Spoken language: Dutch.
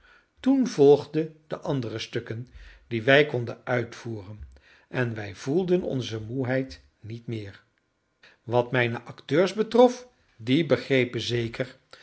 toen volgden de andere stukken die wij konden uitvoeren en wij voelden onze moeheid niet meer wat mijne acteurs betrof die begrepen zeker